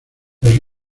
tras